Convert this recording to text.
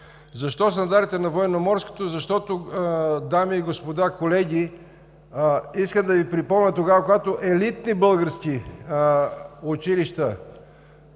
Защо стандартите на Военноморското? Защото, дами и господа, колеги, искам да Ви припомня – тогава, когато елитни български училища